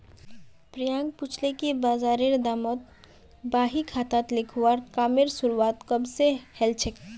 प्रियांक पूछले कि बजारेर दामक बही खातात लिखवार कामेर शुरुआत कब स हलछेक